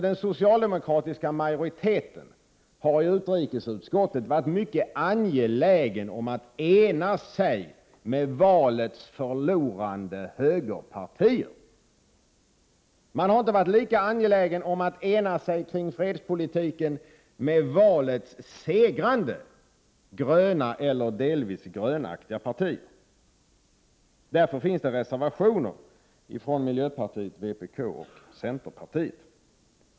Den socialdemokratiska majoriteten i utrikesutskottet har varit mycket angelägen om att enas med valets förlorande högerpartier. Man har inte varit lika angelägen om att enas om fredspolitiken med valets segrande gröna eller delvis grönaktiga partier. Därför finns reservationer från miljöpartiet, vpk och centerpartiet.